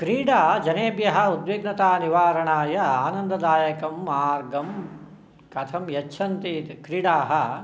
क्रीडा जनेभ्यः उद्विग्नतानिवारणाय आनन्ददायकं मार्गं कथं यच्छन्ति इति क्रीडाः